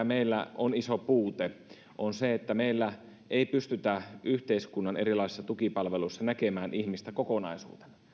meillä on iso puute se että meillä ei pystytä yhteiskunnan erilaisissa tukipalveluissa näkemään ihmistä kokonaisuutena